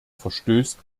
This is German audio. verstößt